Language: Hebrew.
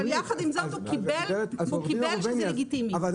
אבל יחד עם זאת הוא קיבל שזה לגיטימי.